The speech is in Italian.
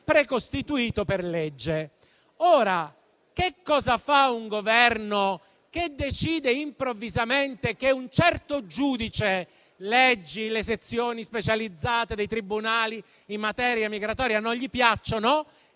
precostituito per legge. Che cosa fa un Governo che decide improvvisamente che un certo giudice (leggi: le sezioni specializzate dei tribunali in materia migratoria) non gli piace,